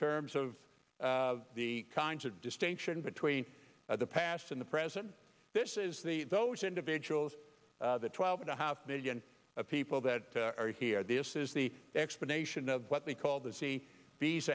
terms of the distinction between the past and the present this is the those individuals the twelve and a half million people that are here this is the explanation of what they call the c